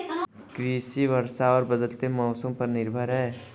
कृषि वर्षा और बदलते मौसम पर निर्भर है